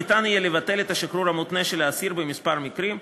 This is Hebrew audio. ניתן יהיה לבטל את השחרור המותנה של האסיר בכמה מקרים.